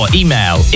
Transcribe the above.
email